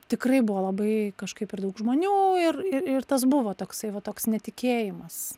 tikrai buvo labai kažkaip ir daug žmonių ir ir ir tas buvo toksai vat toks netikėjimas